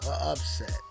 upset